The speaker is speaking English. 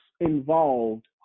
involved